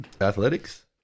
athletics